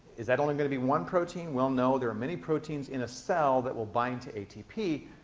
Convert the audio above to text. is that only going to be one protein? well, no. there are many proteins in a cell that will bind to atp,